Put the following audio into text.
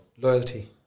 Loyalty